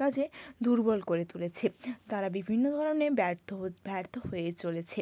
কাজে দুর্বল করে তুলেছে তারা বিভিন্ন ধরনের ব্যর্থ হোছ ব্যর্থ হয়ে চলেছে